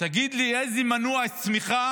תגיד לי איזה מנוע צמיחה